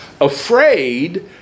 afraid